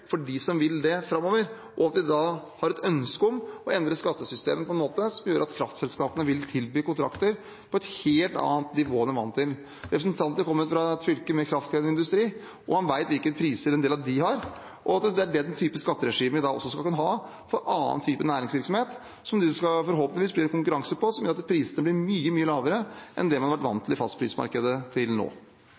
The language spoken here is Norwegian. for dem som vil det framover. Da har vi et ønske om å endre skattesystemet på en måte som gjør at kraftselskapene vil tilby kontrakter på et helt annet nivå enn man er vant til. Representanten kommer fra et fylke med kraftkrevende industri, og han vet hvilke priser en del av dem har. Det er den typen skatteregime vi også skal kunne ha for annen type næringsvirksomhet, og som det forhåpentligvis skal bli en konkurranse på som gjør at prisene blir mye, mye lavere enn det man har vært vant til i fastprismarkedet til nå.